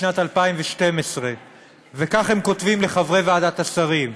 בשנת 2012. וכך הם כותבים לחברי ועדת השרים: